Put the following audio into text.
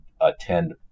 attend